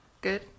Good